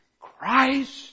Christ